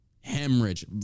Hemorrhage